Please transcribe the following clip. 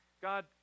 God